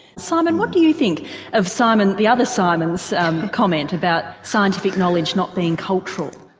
simon, what do you think of simon the other simon's comment about scientific knowledge not being cultural?